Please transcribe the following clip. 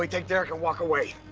like take derek and walk away.